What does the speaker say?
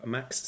Max